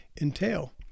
entail